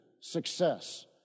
success